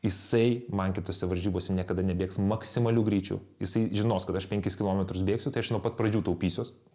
jisai man kitose varžybose niekada nebėgs maksimaliu greičiu jisai žinos kad aš penkis kilometrus bėgsiu tai aš nuo pat pradžių taupysiuos